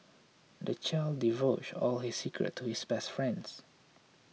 the child divulged all his secrets to his best friends